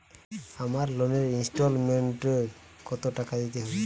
আমার লোনের ইনস্টলমেন্টৈ কত টাকা দিতে হবে?